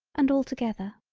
and altogether.